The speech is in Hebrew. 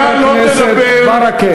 חבר הכנסת ברכה.